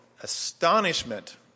astonishment